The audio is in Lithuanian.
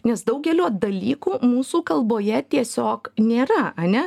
nes daugelio dalykų mūsų kalboje tiesiog nėra ane